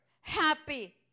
happy